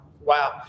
wow